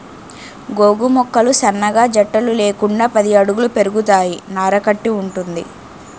గోగు మొక్కలు సన్నగా జట్టలు లేకుండా పది అడుగుల పెరుగుతాయి నార కట్టి వుంటది